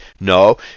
No